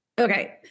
Okay